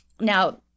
Now